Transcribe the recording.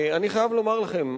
אני חייב לומר לכם,